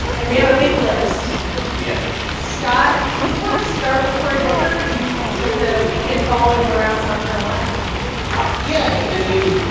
and we have a big list yeah scott, do you want to start with cory booker? you've you've spent the weekend following him around south carolina yeah. he i mean,